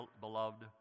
beloved